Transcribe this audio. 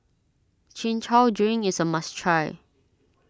Chin Chow Drink is a must try